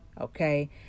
okay